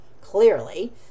Clearly